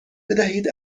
بدهید